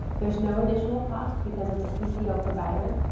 there's no additional cost because it's a ppo provider,